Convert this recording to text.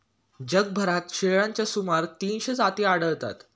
जगभरात शेळ्यांच्या सुमारे तीनशे जाती आढळतात